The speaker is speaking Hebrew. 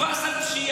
מי דיבר על פשיעה?